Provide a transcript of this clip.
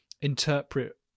interpret